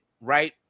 Right